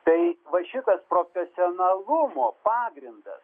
tai va šitas profesionalumo pagrindas